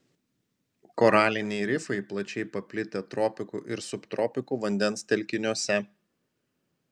koraliniai rifai plačiai paplitę tropikų ir subtropikų vandens telkiniuose